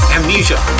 Amnesia